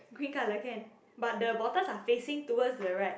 green color can but the bottles are facing towards the right